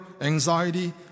anxiety